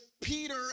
Peter